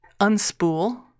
unspool